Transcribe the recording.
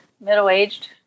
middle-aged